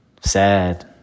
sad